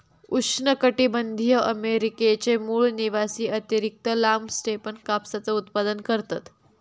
उष्णकटीबंधीय अमेरिकेचे मूळ निवासी अतिरिक्त लांब स्टेपन कापसाचा उत्पादन करतत